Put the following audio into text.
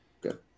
Good